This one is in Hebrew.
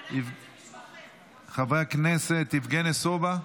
חבר הכנסת יבגני סובה,